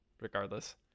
regardless